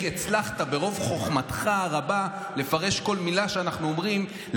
הצלחת ברוב חוכמתך הרבה לפרש כל מילה שאנחנו אומרים,